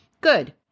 Good